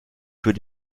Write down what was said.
für